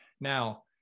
Now